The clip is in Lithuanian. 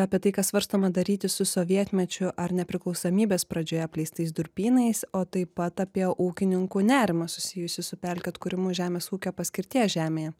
apie tai ką svarstoma daryti su sovietmečiu ar nepriklausomybės pradžioj apleistais durpynais o taip pat apie ūkininkų nerimą susijusį su pelkių atkūrimu žemės ūkio paskirties žemėje